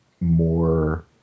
more